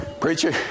preacher